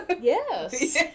Yes